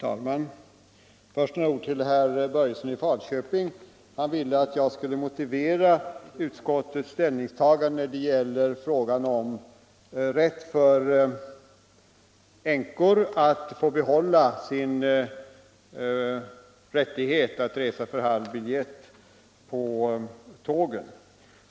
Herr talman! Först några ord till herr Börjesson i Falköping. Han ville att jag skulle motivera utskottets ställningstagande när det gäller frågan om änkors möjlighet att få behålla sin rätt att resa för halv biljett på tågen.